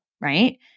right